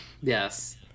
Yes